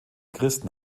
christen